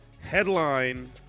headline